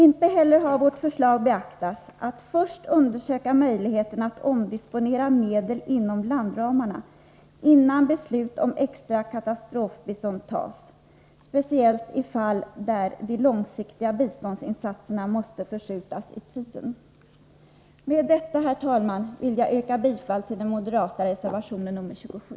Inte heller har vårt förslag beaktats, att man först skall undersöka möjligheten att omdisponera medel inom landramarna innan beslut om extra katastrofbistånd tas speciellt i fall där de långsiktiga biståndsinsatserna måste förskjutas i tiden. Med detta, herr talman, vill jag yrka bifall till den moderata reservationen nr 27.